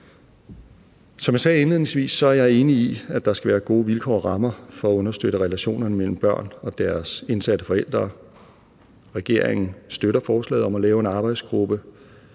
er jeg enig i, at der skal være gode vilkår og rammer for at understøtte relationen mellem børn og deres indsatte forældre. Regeringen støtter forslaget om at lave en arbejdsgruppe,